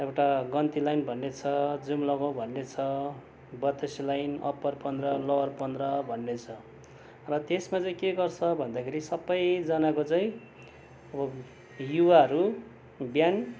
एउटा गन्तीलाइन भन्ने छ जुम्लागाउँ छ बत्तिसे लाइन अप्पर पन्ध्र लोवर पन्ध्र भन्ने छ र त्यसमा चाहिँ के गर्छ भन्दाखेरि चाहिँ सबैजनाको चाहिँ युवाहरू बिहान